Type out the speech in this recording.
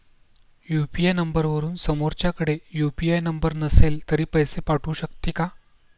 UPI नंबरवरून समोरच्याकडे UPI number नसेल तरी पैसे पाठवू शकते का?